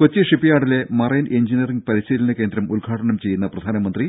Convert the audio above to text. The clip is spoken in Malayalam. കൊച്ചി ഷിപ്പിയാർഡിലെ മറൈൻ എഞ്ചിനീയറിംഗ് പരിശീലന കേന്ദ്ര ഉദ്ഘാടനം ചെയ്യുന്ന പ്രധാനമന്ത്രി